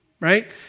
Right